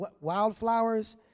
wildflowers